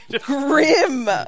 Grim